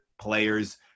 players